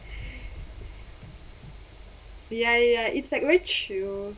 ya ya ya it's like very chill